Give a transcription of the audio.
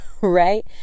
right